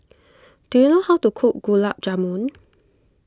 do you know how to cook Gulab Jamun